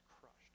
crushed